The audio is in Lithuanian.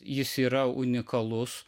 jis yra unikalus